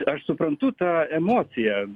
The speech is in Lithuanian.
aš suprantu tą emociją